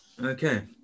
okay